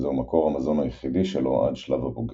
וזהו מקור המזון היחידי שלו עד שלב הבוגר.